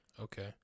Okay